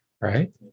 right